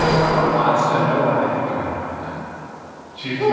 harper wants to know what i think about everything she's